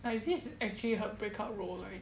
like this actually her breakout role right